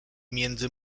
między